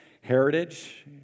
heritage